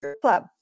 club